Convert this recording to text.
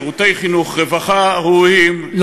שירותי חינוך ורווחה ראויים,